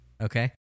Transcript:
Okay